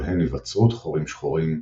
ובהן היווצרות חורים שחורים,